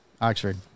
Oxford